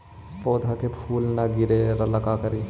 पौधा के फुल के न गिरे ला का करि?